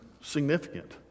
Significant